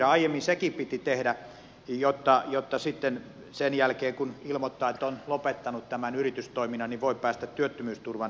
aiemmin sekin piti tehdä jotta sitten sen jälkeen kun ilmoittaa että on lopettanut yritystoiminnan voi päästä työttömyysturvan varaan